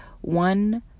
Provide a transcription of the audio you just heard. one